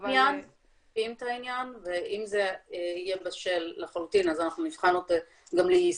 אם זה תמריצי מס ואם זה נקודות שמציינות את בטיחות